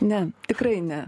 ne tikrai ne